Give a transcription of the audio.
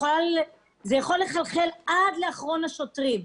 זה צריך לחלחל עד אחרון השוטרים.